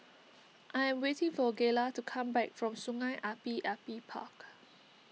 I am waiting for Gayla to come back from Sungei Api Api Park